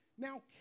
now